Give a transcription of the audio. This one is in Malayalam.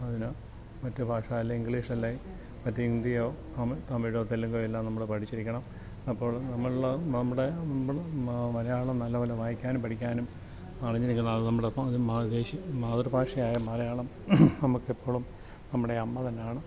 അതിന് മറ്റ് ഭാഷ അല്ലെൽ ഇംഗ്ലീഷ് അല്ലേൽ ഹിന്ദിയോ തമി തമിഴോ തെലുങ്കോ നമ്മള് പഠിച്ചിരിക്കണം അപ്പോഴ് നമ്മൾള് നമ്മടെ മലയാളം നല്ലപോലെ വായിക്കാനും പഠിക്കാനും അറിഞ്ഞിരിക്കണം അത് നമ്മുടെ ദേശീയ മാതൃഭാഷയായ മലയാളം നമുക്ക് എപ്പോളും നമ്മുടെ അമ്മ തന്നെയാണ്